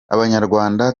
abanyarwanda